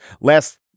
Last